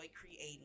creating